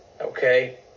Okay